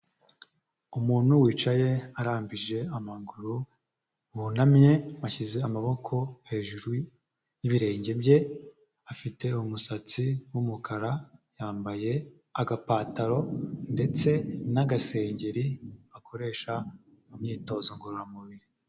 Umuntu wicaye arambije amaguru, wunamye ashyize amaboko hejuru y'ibirenge bye, afite umusatsi w'umukara, yambaye agapataro ndetse n'agasengeri bakoresha mu myitozo ngororamubiri.